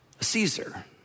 Caesar